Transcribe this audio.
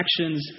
actions